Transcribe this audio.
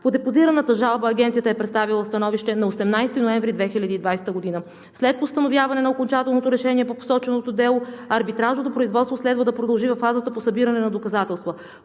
По депозираната жалба Агенцията е представила становище на 18 ноември 2020 г. След постановяване на окончателното решение по посоченото дело арбитражното производство следва да продължи във фазата по събиране на доказателства.